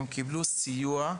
הם קיבלו סיוע,